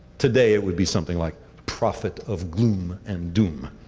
today, it would be something like prophet of gloom and doom.